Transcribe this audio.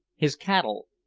his cattle,